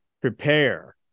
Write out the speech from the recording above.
prepare